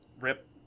rip